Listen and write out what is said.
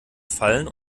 fallen